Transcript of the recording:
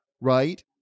right